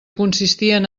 consistien